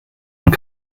und